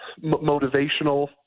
motivational